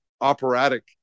operatic